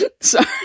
sorry